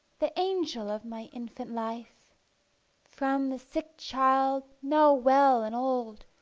the angel of my infant life from the sick child, now well and old,